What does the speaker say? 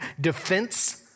defense